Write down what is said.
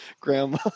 grandma